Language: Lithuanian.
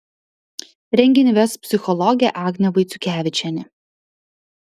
renginį ves psichologė agnė vaiciukevičienė